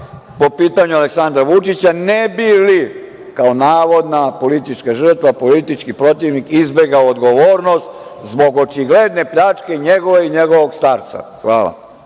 po pitanju Aleksandra Vučića, ne bi li kao navodna politička žrtva, politički protivnik, izbegao odgovornost zbog očigledne pljačke njegove i njegovog starca. Hvala.